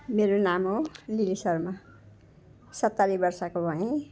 मेरो नाम हो लिली शर्मा सत्तरी बर्षको भएँ